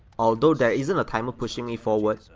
although there isn't a timer pushing me forward,